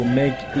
make